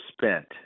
spent